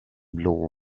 blå